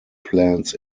plans